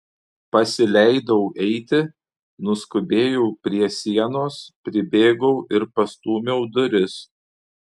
pasileidau eiti nuskubėjau prie sienos pribėgau ir pastūmiau duris